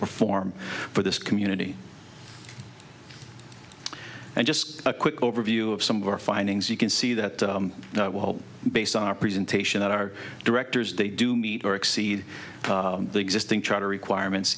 perform for this community and just a quick overview of some of our findings you can see that based on our presentation that our directors they do meet or exceed the existing charter requirements